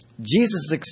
Jesus